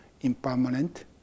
impermanent